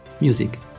music